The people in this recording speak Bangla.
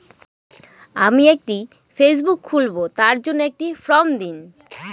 আমি একটি ফেসবুক খুলব তার জন্য একটি ফ্রম দিন?